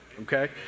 okay